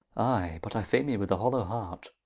i, but i feare me with a hollow heart.